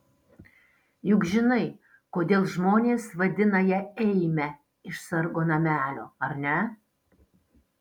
juk žinai kodėl žmonės vadina ją eime iš sargo namelio ar ne